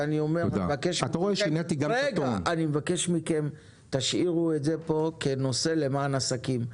ואני מבקש מכם: תשאירו את זה פה כנושא למען עסקים,